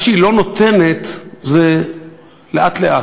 ומה שהיא לא נותנת זה לאט-לאט.